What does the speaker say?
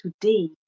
today